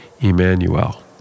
Emmanuel